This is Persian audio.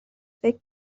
فکر